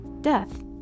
death